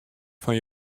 fan